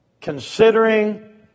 Considering